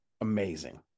amazing